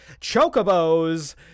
Chocobos